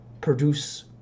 produce